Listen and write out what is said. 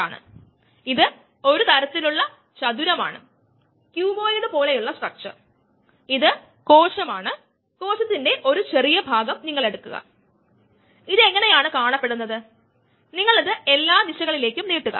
ആ ആശയം സാമാന്യവൽക്കരിക്കുന്നതിന് ഒരു കാറിനു വേണ്ടി ഒരു എഞ്ചിൻ നിർമ്മിക്കുന്നു എന്നൊരു സാങ്കൽപ്പിക ഉദാഹരണം നമുക്ക് നോക്കാം